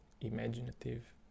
imaginative